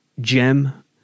gem